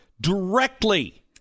directly